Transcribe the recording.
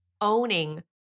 Owning